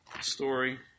story